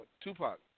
Tupac